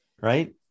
right